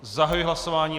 Zahajuji hlasování.